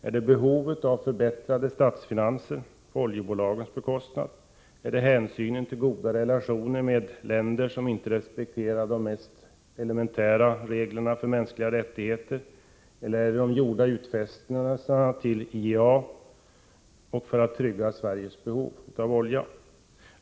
Är det behov av förbättrade statsfinanser på oljebolagens bekostnad, är det hänsynen till goda relationer med länder som inte respekterar de mest elementära reglerna för mänskliga rättigheter, är det de gjorda utfästelserna till IEA eller för att trygga Sveriges behov av olja?